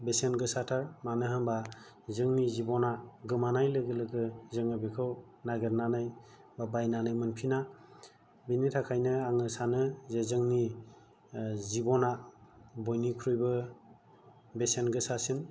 बेसेन गोसाथार मानो होनोब्ला जोंनि जिबना गोमानाय लोगो लोगो जोङो बेखौ नागेरनानै बयनानै मोनफिना बेनि थाखायनो आङो सानो जे जोंनि जिबना बयनिख्रुइबो बेसेन गोसासिन